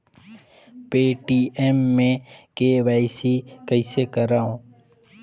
Paytm मे KYC कइसे करव?